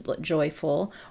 joyful